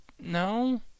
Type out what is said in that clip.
no